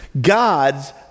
God's